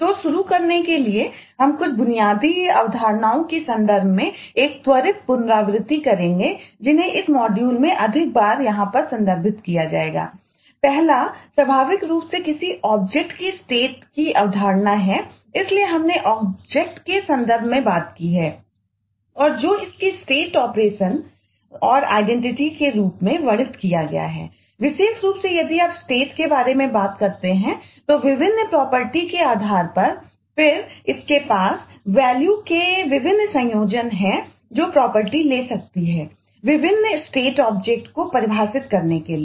तो शुरू करने के लिए हम कुछ बुनियादी अवधारणाओं के संदर्भ में एक त्वरित पुनरावृति करेंगे जिन्हें इस मॉड्यूल को परिभाषित करने के लिए